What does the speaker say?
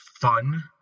fun